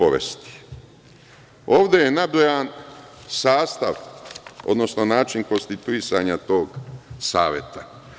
Ovde je nabrojan sastav, odnosno način konstituisanja tog Saveta.